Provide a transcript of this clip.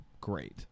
great